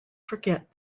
forget